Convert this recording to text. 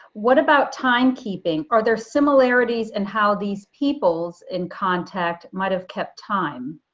what about timekeeping? are there similarities in how these peoples in contact might've kept time?